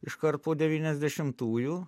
iškart po devyniasdešimtųjų